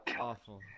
Awful